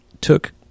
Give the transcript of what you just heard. took